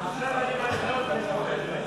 כהצעת הוועדה,